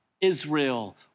Israel